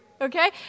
Okay